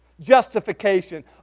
justification